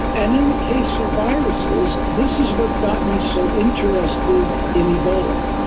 and in the case of viruses, this is what got me so interested in ebola.